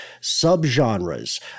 sub-genres